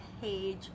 page